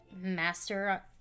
Master